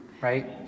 right